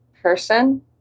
person